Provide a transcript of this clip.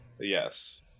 yes